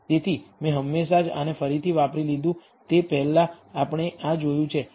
તેથી મેં હમણાં જ આને ફરીથી વાપરી લીધું તે પહેલાં આપણે આ જોયું છે